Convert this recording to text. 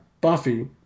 Buffy